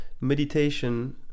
meditation